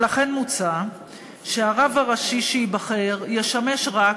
לכן מוצע שהרב הראשי שייבחר ישמש רק,